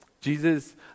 Jesus